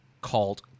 called